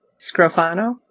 Scrofano